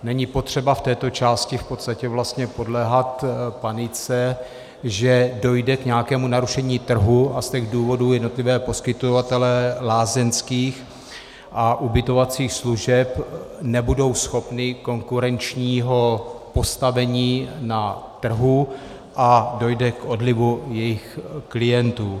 Není potřeba v této části v podstatě vlastně podléhat panice, že dojde k nějakému narušení trhu a z těch důvodů jednotliví poskytovatelé lázeňských a ubytovacích služeb nebudou schopni konkurenčního postavení na trhu a dojde k odlivu jejich klientů.